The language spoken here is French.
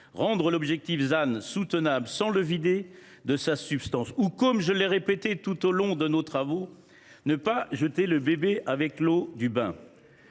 rendre l’objectif ZAN soutenable sans le vider de sa substance ou, comme je l’ai répété tout au long de nos débats, ne pas jeter le bébé avec l’eau du bain